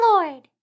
Lord